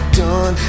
done